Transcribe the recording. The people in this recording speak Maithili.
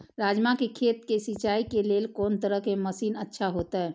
राजमा के खेत के सिंचाई के लेल कोन तरह के मशीन अच्छा होते?